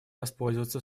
воспользоваться